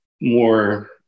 more